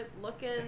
looking